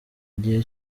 gihe